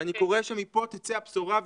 ואני קורא שמפה תצא הבשורה.